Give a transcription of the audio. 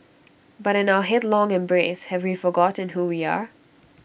but in our headlong embrace have we forgotten who we are